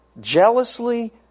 jealously